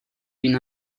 d’une